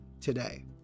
today